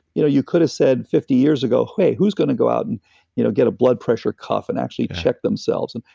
you know you could have said fifty years ago, hey, who's gonna go out and you know get a blood pressure cuff and actually check themselves? and